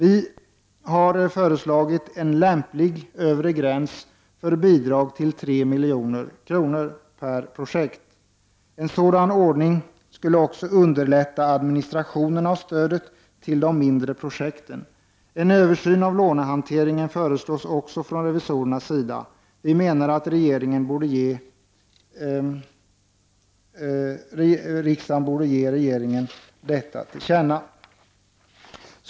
Vi har föreslagit en lämplig övre gräns för bidrag till 3 milj.kr. per projekt. En sådan ordning skulle också underlätta administrationen av stödet till de mindre projekten. En översyn av lånehanteringen föreslås också från revisorernas sida. Vi menar att riksdagen borde ge regeringen detta till känna.